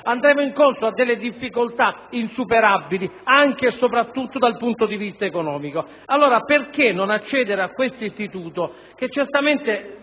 Andremo incontro a difficoltà insuperabili anche e soprattutto dal punto di vista economico, allora perché non accedere a questo istituto che certamente